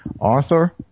Arthur